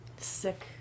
Sick